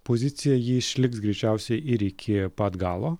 pozicija ji išliks greičiausiai ir iki pat galo